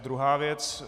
Druhá věc.